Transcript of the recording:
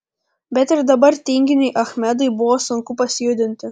bet ir dabar tinginiui achmedui buvo sunku pasijudinti